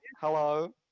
hello